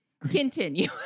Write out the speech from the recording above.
Continue